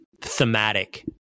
thematic